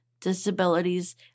disabilities